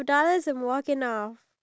okay what